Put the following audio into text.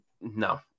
No